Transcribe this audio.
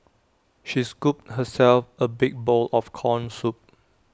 she scooped herself A big bowl of Corn Soup